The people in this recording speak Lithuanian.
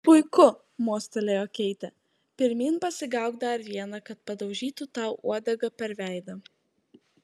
puiku mostelėjo keitė pirmyn pasigauk dar vieną kad padaužytų tau uodega per veidą